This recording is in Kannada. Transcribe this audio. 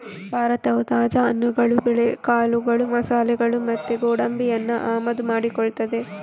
ಭಾರತವು ತಾಜಾ ಹಣ್ಣುಗಳು, ಬೇಳೆಕಾಳುಗಳು, ಮಸಾಲೆಗಳು ಮತ್ತೆ ಗೋಡಂಬಿಯನ್ನ ಆಮದು ಮಾಡಿಕೊಳ್ತದೆ